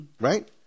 Right